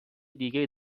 دیگه